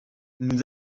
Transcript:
nous